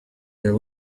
their